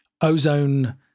Ozone